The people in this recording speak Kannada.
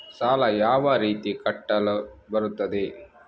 ಸಾಲ ಯಾವ ರೀತಿ ಕಟ್ಟಲು ಬರುತ್ತದೆ?